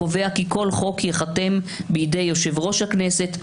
הקובע כי כל חוק ייחתם בידי יושב-ראש הכנסת,